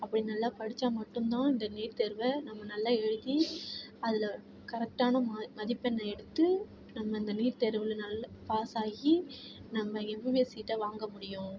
அப்படி நல்லா படிச்சால் மட்டும் தான் இந்த நீட் தேர்வை நம்ம நல்லா எழுதி அதில் கரெக்டான மா மதிப்பெண்ணை எடுத்து நம்ம அந்த நீட் தேர்வில் நல்ல பாஸ் ஆகி நம்ம எம்பிபிஎஸ் சீட்டை வாங்க முடியும்